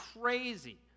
crazy